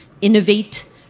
innovate